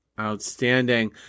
Outstanding